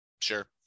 Sure